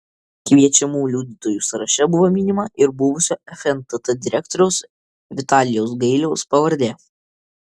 kviečiamų liudytojų sąraše buvo minima ir buvusio fntt direktoriaus vitalijaus gailiaus pavardė